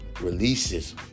releases